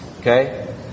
Okay